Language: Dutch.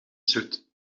zoet